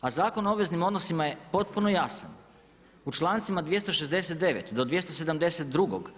A Zakon o obveznim odnosima je potpuno jasan, u člancima 269. do 272.